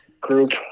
group